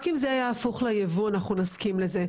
רק אם זה יהפוך לייבוא נסכים לזה.